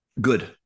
good